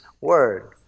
word